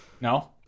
no